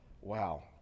wow